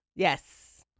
Yes